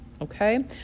okay